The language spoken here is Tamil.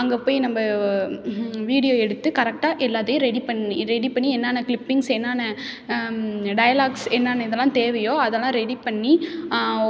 அங்கே போய் நம்ம வீடியோ எடுத்து கரெக்டாக எல்லாத்தையும் ரெடி பண்ணி ரெடி பண்ணி என்னென்ன க்ளிப்பிங்ஸ் என்னென்ன டயலாக்ஸ் என்னென்னு இதல்லாம் தேவையோ அதல்லாம் ரெடி பண்ணி